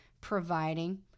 providing